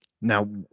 Now